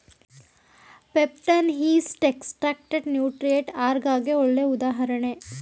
peptone, yeast extract nutrient ಅಗರ್ಗೆ ಗೆ ಒಳ್ಳೆ ಉದಾಹರಣೆ